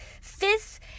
Fifth